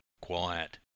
quiet